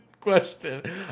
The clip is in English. question